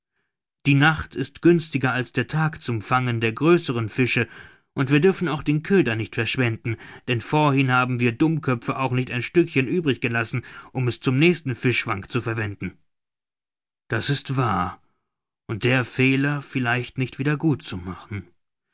die nacht ist günstiger als der tag zum fange der größeren fische und wir dürfen auch den köder nicht verschwenden denn vorhin haben wir dummköpfe auch nicht ein stückchen übrig gelassen um es zum nächsten fischfang zu verwenden das ist wahr und der fehler vielleicht nicht wieder gut zu machen